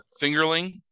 Fingerling